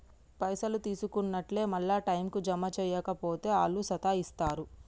పైసలు తీసుకున్నట్లే మళ్ల టైంకు జమ జేయక పోతే ఆళ్లు సతాయిస్తరు